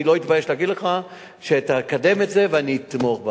אני לא אתבייש להגיד לך שתקדם את זה ואני אתמוך בה.